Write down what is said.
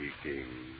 speaking